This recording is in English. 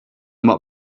more